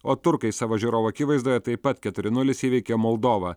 o turkai savo žiūrovų akivaizdoje taip pat keturi nulis įveikė moldovą